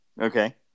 Okay